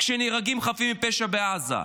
כשנהרגים חפים מפשע בעזה.